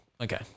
Okay